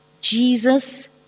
Jesus